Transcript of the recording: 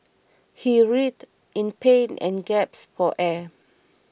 he writhed in pain and gasped for air